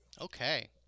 Okay